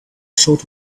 showed